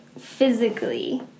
physically